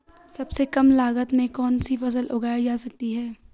सबसे कम लागत में कौन सी फसल उगाई जा सकती है